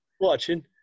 watching